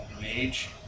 Mage